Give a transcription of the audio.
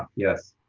yes.